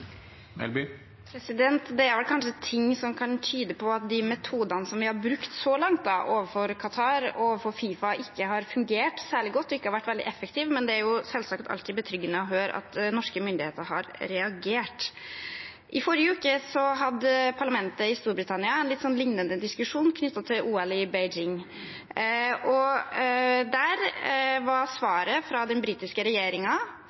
Det er vel kanskje ting som kan tyde på at de metodene vi så langt har brukt overfor Qatar og overfor FIFA, ikke har fungert særlig godt og ikke har vært veldig effektive, men det er selvsagt alltid betryggende å høre at norske myndigheter har reagert. I forrige uke hadde parlamentet i Storbritannia en litt lignende diskusjon knyttet til OL i Beijing. Der var